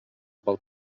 pel